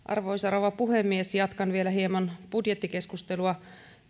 arvoisa rouva puhemies jatkan vielä hieman budjettikeskustelua